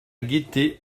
gaîté